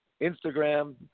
Instagram